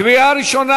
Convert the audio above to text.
קריאה ראשונה.